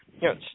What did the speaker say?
yes